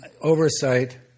oversight